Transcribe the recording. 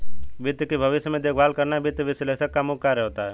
वित्त के भविष्य में देखभाल करना वित्त विश्लेषक का मुख्य कार्य होता है